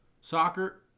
Soccer